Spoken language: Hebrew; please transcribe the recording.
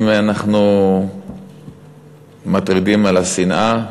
אם אנחנו מטרידים על השנאה,